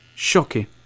Shocking